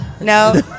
No